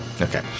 Okay